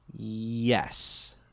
Yes